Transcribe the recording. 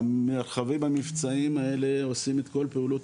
המרחבים המבצעיים האלה עושים את כל פעולות